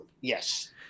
Yes